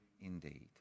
indeed